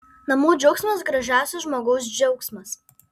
namų džiaugsmas gražiausias žmogaus džiaugsmas